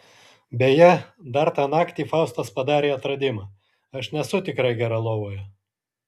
beje dar tą naktį faustas padarė atradimą aš nesu tikrai gera lovoje